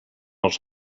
els